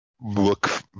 look